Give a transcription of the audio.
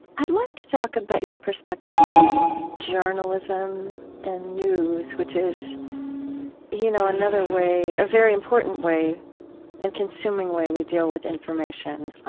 i'd like to talk about your perspective on journalism and news, which is you know another way, a very important way and consuming way we deal with information.